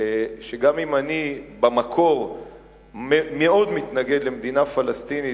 שגם אם אני במקור מאוד מתנגד למדינה פלסטינית